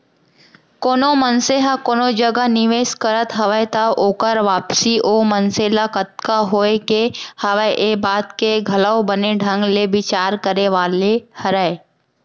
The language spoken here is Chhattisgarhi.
कोनो मनसे ह कोनो जगह निवेस करत हवय त ओकर वापसी ओ मनसे ल कतका होय के हवय ये बात के घलौ बने ढंग ले बिचार करे वाले हरय